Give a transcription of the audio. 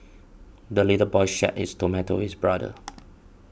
the little boy shared his tomato with his brother